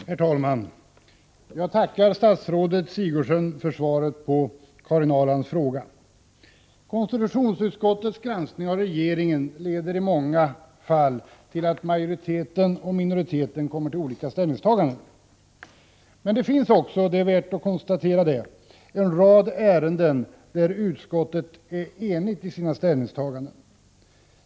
Herr talman! Jag tackar statsrådet Sigurdsen för svaret på Karin Ahrlands fråga. Konstitutionsutskottets granskning av regeringen leder i många fall till att majoriteten och minoriteten kommer till olika ställningstaganden. Men det finns också — det är värt att notera — en rad ärenden om vilka utskottet är enigt i sina ställningstaganden.